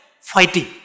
fighting